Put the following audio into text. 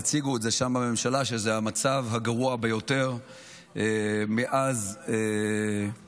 הציגו שם בממשלה שזה המצב הגרוע ביותר מאז השואה,